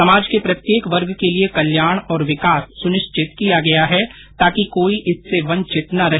समाज के प्रत्येक वर्ग के लिए कल्याण और विकास सुनिश्चित किया गया है ताकि कोई इससे वंचित न रहे